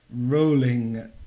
rolling